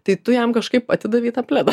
tai tu jam kažkaip atidavei tą pledą